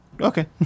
okay